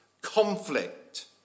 Conflict